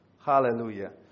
Hallelujah